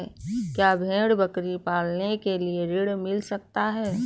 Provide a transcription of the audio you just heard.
क्या भेड़ बकरी पालने के लिए ऋण मिल सकता है?